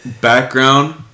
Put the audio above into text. background